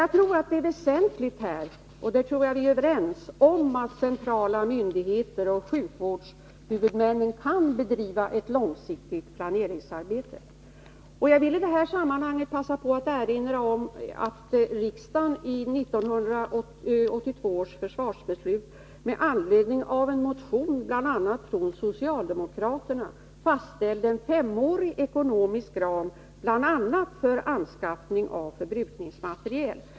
Jag tror att vi är överens om att det är väsentligt att centrala myndigheter och sjukvårdshuvudmännen kan bedriva ett långsiktigt planeringsarbete. Jag vill i det sammanhanget passa på att erinra om att riksdagen i 1982 års försvarsbeslut med anledning av en motion från bl.a. socialdemokraterna fastställde en femårig ekonomisk ram för bl.a. anskaffning av förbrukningsmateriel.